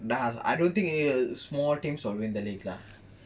ah I don't think any of the small team will win the league lah